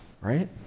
Right